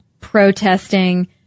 protesting